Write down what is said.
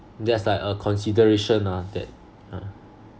that's like a consideration lah that ah